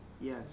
yes